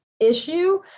issue